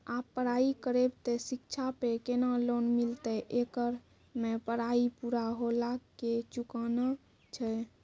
आप पराई करेव ते शिक्षा पे केना लोन मिलते येकर मे पराई पुरा होला के चुकाना छै?